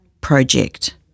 project